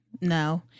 No